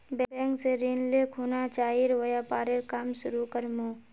bank स ऋण ले खुना चाइर व्यापारेर काम शुरू कर मु